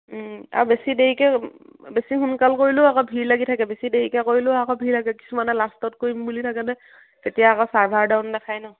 আৰু বেছি দেৰিকৈ বেছি সোনকাল কৰিলেও আকৌ ভিৰ লাগি থাকে বেছি দেৰিকৈ কৰিলেও আকৌ ভিৰ লাগে কিছুমানে লাষ্টত কৰিম বুলি থাকেনে তেতিয়া আকৌ ছাৰ্ভাৰ ডাউন দেখাই ন